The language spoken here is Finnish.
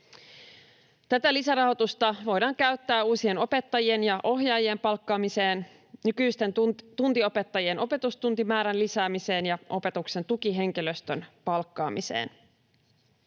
Tätä lisärahoitusta voidaan käyttää uusien opettajien ja ohjaajien palkkaamiseen, nykyisten tuntiopettajien opetustuntimäärän lisäämiseen ja opetuksen tukihenkilöstön palkkaamiseen.